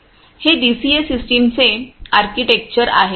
हे डीसीए सिस्टमचे आर्किटेक्चर आहे